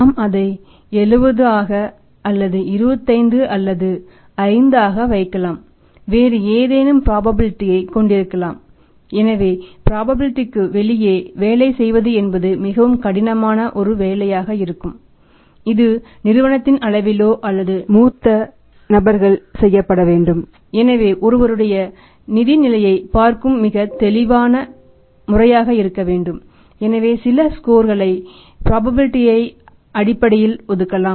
நாம் அதை 70 ஆக அல்லது 25 அல்லது 5 ஆக வைக்கலாம் வேறு ஏதேனும் ப்ராபபிலிடீ இன் அடிப்படையில் ஒதுக்கலாம்